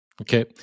Okay